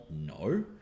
No